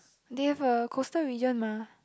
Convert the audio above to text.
they have a coastal region mah